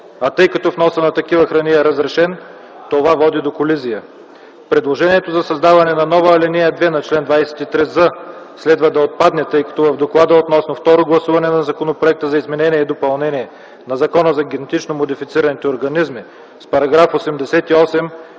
а тъй като вносът на такива храни е разрешен, това води до колизия. Предложението за създаване на нова ал. 2 на чл. 23з следва да отпадне, тъй като в доклада относно второ гласуване на Законопроекта за изменение и допълнение на Закона за генетично модифицираните организми с § 88